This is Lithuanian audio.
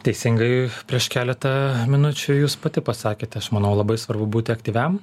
teisingai prieš keletą minučių jūs pati pasakėt aš manau labai svarbu būti aktyviam